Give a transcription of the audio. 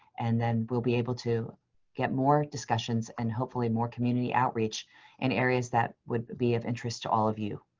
and then we'll be able to get more discussions and hopefully more community outreach in areas that would be of interest to all of you.